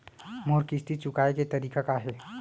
मोर किस्ती चुकोय के तारीक का हे?